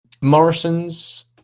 Morrisons